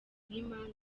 n’imanza